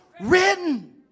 written